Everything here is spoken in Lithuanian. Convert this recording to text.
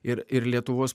ir ir lietuvos